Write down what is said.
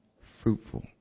fruitful